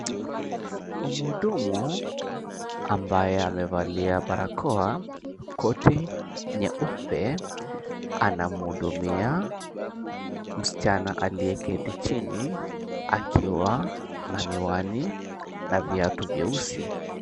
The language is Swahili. Mhudumu ambaye amevalia barakoa, koti nyeupe anamhudumia msichana aliyeketi chini akiwa na miwani na viatu vyeusi.